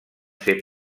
ser